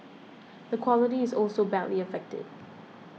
the quality is also badly affected